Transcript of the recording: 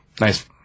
Nice